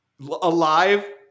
alive